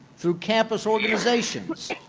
through campus organizations,